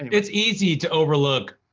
it's easy to overlook